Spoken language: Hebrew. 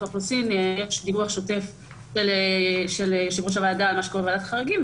יש דיווח שוטף של יושב-ראש הוועדה על מה שקורה בוועדת החריגים,